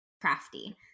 crafty